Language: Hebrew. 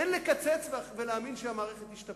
אין לקצץ ולהאמין שהמערכת תשתפר.